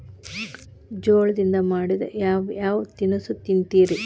ಜೋಳದಿಂದ ಮಾಡಿದ ಯಾವ್ ಯಾವ್ ತಿನಸು ತಿಂತಿರಿ?